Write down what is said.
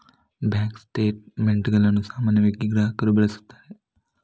bank ಸ್ಟೇಟ್ ಮೆಂಟುಗಳನ್ನು ಸಾಮಾನ್ಯವಾಗಿ ಗ್ರಾಹಕರು ಬಳಸುತ್ತಾರೆ